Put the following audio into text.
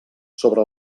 sobre